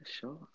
sure